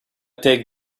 take